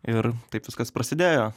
ir taip viskas prasidėjo